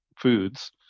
foods